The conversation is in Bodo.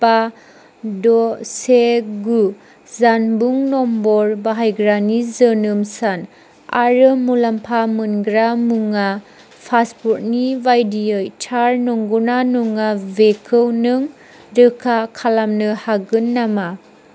बा द' से गु जानबुं नम्बर बाहायग्रानि जोनोम सान आरो मुलाम्फा मोनग्रा मुवा फासपर्दनि बायदियै थार नंगौना नङा बेखौ नों रोखा खालामनो हागोन नामा